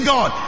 God